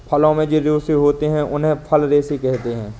फलों में जो रेशे होते हैं उन्हें फल रेशे कहते है